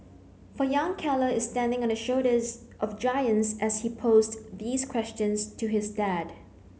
for young Keller is standing on the shoulders of giants as he posed these questions to his dad